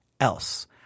else